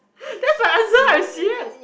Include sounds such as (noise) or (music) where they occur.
(laughs) that's my answer I am serious